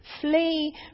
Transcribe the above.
Flee